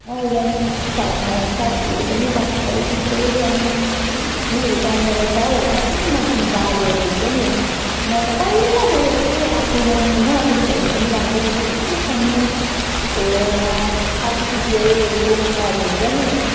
organic सब्जीहरू पनि सबै त्यस्तै अनि उयोहरू पाउँदोरहेछ हौ मसिनो मसिनो डालोहरू हुन्छ नि मैले त पहिला देखेको कि आखे मामकोमा त्यस्तोहरू पनि राख्दोरहेछ सानो सानो त्यो आर्टिफिसियल तोङ्बाहरू हुन्छ नि